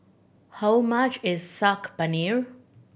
how much is Saag Paneer